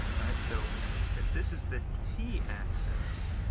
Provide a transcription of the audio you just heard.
right. so if this is the t axis